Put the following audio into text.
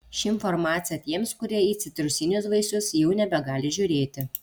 ši informacija tiems kurie į citrusinius vaisius jau nebegali žiūrėti